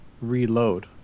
reload